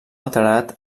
alterat